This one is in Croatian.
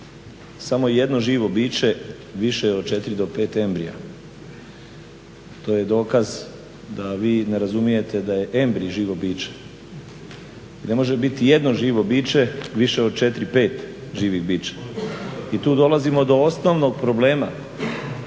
samo jedno živo biće više od 4 do 5 embrija. To je dokaz da vi ne razumijete da je embrij živo biće. Ne može biti jedno živo biće više od 4, 5 živih bića. I tu dolazimo do osnovnog problema